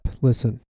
listen